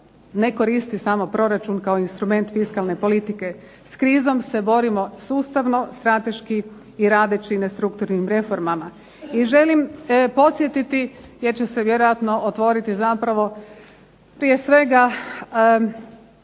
ne koristi samo proračun kao instrument fiskalne politike. S krizom se borimo sustavno, strateški i radeći na strukturnim reformama. I želim podsjetiti, jer će se vjerojatno otvoriti zapravo prije svega